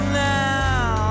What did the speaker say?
now